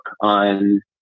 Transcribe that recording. on